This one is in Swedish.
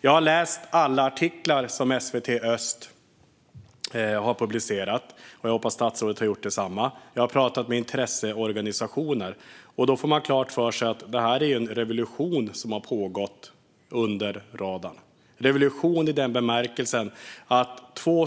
Jag har läst alla artiklar som SVT Öst har publicerat - jag hoppas att statsrådet har gjort detsamma. Jag har pratat med intresseorganisationer. Då får man klart för sig att det är en revolution som har pågått under radarn, revolution i den bemärkelsen att två